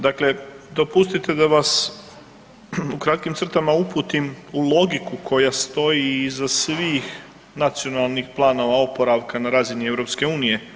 Dakle, dopustite da vas u kratkim crtama uputim u logiku koja stoji iza svih nacionalnih planova oporavka na razini EU.